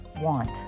Want